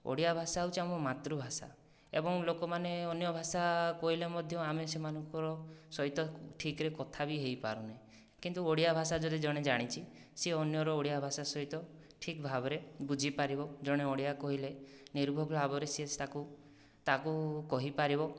ଓଡ଼ିଆ ଭାଷା ହଉଛି ଆମ ମାତୃଭାଷା ଏବଂ ଲୋକମାନେ ଅନ୍ୟଭାଷା କହିଲେ ମଧ୍ୟ ଆମେ ସେମାନଙ୍କର ସହିତ ଠିକରେ କଥା ବି ହୋଇପାରୁନୁ କିନ୍ତୁ ଓଡ଼ିଆ ଭାଷା ଜଣେ ଯଦି ଜାଣିଛି ସିଏ ଅନ୍ୟର ଓଡ଼ିଆ ଭାଷା ସହିତ ଠିକଭାବରେ ବୁଝିପାରିବ ଜଣେ ଓଡ଼ିଆ କହିଲେ ନିର୍ଭୁଲ ଭାବରେ ସିଏ ତାକୁ ତାକୁ କହିପାରିବ